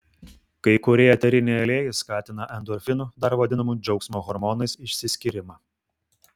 kai kurie eteriniai aliejai skatina endorfinų dar vadinamų džiaugsmo hormonais išsiskyrimą